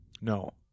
no